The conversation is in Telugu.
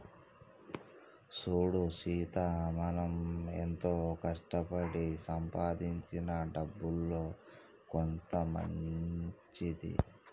సూడు సీత మనం ఎంతో కష్టపడి సంపాదించిన డబ్బులో కొంత మంచిది